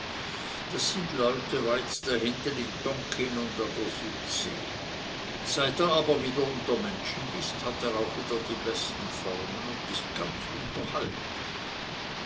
das sind leute weit dahinten in tonkin und an der südsee seit er aber wieder unter menschen ist hat er auch wieder die besten formen und ist ganz